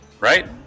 right